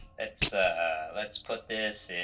let's let's put this